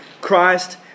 Christ